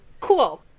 cool